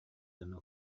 дьону